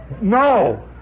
No